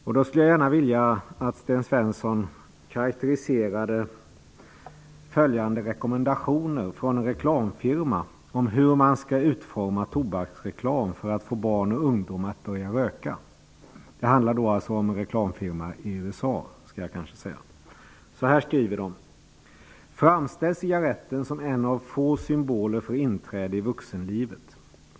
Jag skulle då vilja att Sten Svensson karakteriser följande rekommendationer från en reklamfirma om hur man skall utforma tobaksreklam för att få barn och ungdom att börja röka. Det gäller en reklamfirma i USA. Så här skriver firman: ''Framställ cigaretten som en av få symboler för inträde i vuxenlivet.